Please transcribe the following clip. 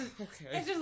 Okay